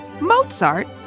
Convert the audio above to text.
Mozart